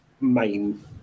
main